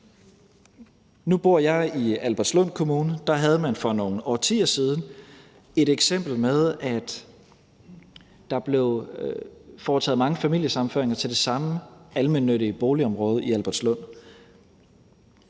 Nu bor jeg i Albertslund Kommune. Der havde man for nogle årtier siden et eksempel med, at der blev foretaget mange familiesammenføringer til det samme almennyttige boligområde i Albertslund.